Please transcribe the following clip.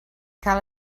cal